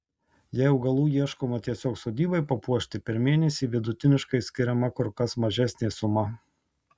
jei augalų ieškoma tiesiog sodybai papuošti per mėnesį vidutiniškai skiriama kur kas mažesnė suma